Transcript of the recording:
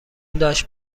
داشت